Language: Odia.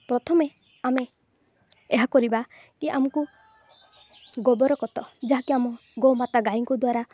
ପ୍ରଥମେ ଆମେ ଏହା କରିବା କି ଆମକୁ ଗୋବର ଖତ ଯାହାକି ଆମ ଗୋମାତା ଗାଈଙ୍କ ଦ୍ୱାରା